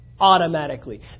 Automatically